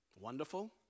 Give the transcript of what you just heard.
wonderful